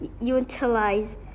utilize